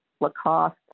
Lacoste